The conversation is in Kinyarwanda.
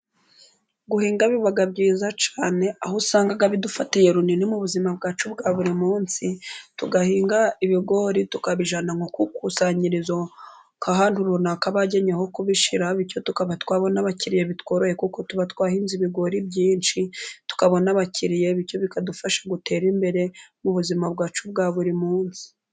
Guhinga biba byiza cyane, aho usanga bidufatiye runini mu buzima bwacu bwa buri munsi, tugahinga ibigori, tukabijyana nko ku ikusanyirizo, nk'ahantu runaka bageyeho kubishyira, bityo tukaba twabona abakiriya bitworoheye, kuko tuba twahinze ibigori byinshi, tukabona abakiriya, bityo bikadufasha guterare imbere mu buzima bwacu bwa buri munsi.